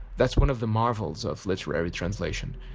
that's one of the marvels of literary translation,